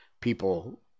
people